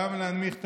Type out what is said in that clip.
גם להנמיך טונים,